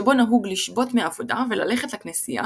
שבו נהוג לשבות מעבודה וללכת לכנסייה